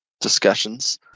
discussions